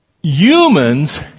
humans